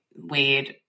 weird